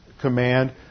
command